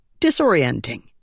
disorienting